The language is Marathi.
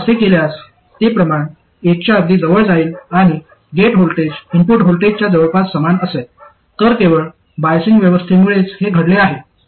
आपण असे केल्यास ते प्रमाण एकच्या अगदी जवळ जाईल आणि गेट व्होल्टेज इनपुट व्होल्टेजच्या जवळपास समान असेल तर केवळ बाईसिंग व्यवस्थेमुळेच हे घडले आहे